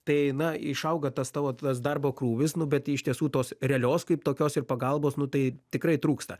tai na išauga tas tavo tas darbo krūvis nu bet iš tiesų tos realios kaip tokios ir pagalbos nu tai tikrai trūksta